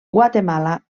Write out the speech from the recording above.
guatemala